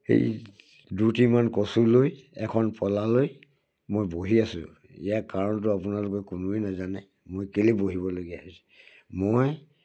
সেই দুটিমান কচু লৈ এখন পালা লৈ মই বহি আছো ইয়াৰ কাৰণটো আপোনালোকে কোনোৱেই নাজানে মই কেলৈ বহিবলগীয়া হৈছে মই